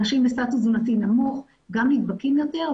אנשים בסטטוס תזונתי נמוך גם נדבקים יותר,